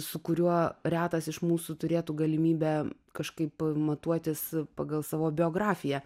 su kuriuo retas iš mūsų turėtų galimybę kažkaip matuotis pagal savo biografiją